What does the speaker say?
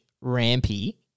Rampy